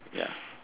ya